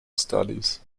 studies